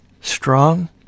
strong